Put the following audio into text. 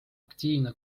aktiivne